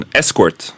escort